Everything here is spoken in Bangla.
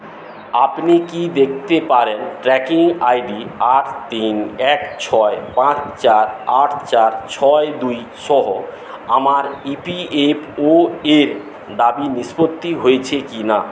আপনি কি দেখতে পারেন ট্র্যাকিং আইডি আট তিন এক ছয় পাঁচ চার আট চার ছয় দুই সহ আমার ই পি এফ ওএর দাবি নিষ্পত্তি হয়েছে কিনা